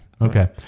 Okay